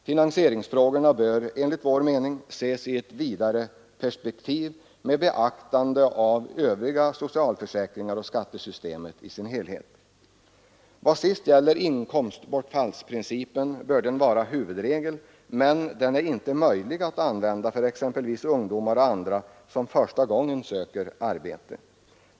Finansieringsfrågorna bör enligt vår mening ses i ett vidare perspektiv med beaktande av övriga socialförsäkringar och skattesystemet i dess helhet. I vad sist gäller inkomstbortfallsprincipen bör den vara huvudregel, men den är inte möjlig att använda för exempelvis ungdomar och andra som första gången söker arbete.